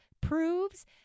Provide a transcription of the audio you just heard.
proves